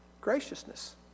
Graciousness